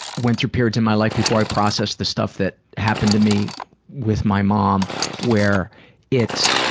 went through periods in my life before i processed the stuff that happened to me with my mom where it,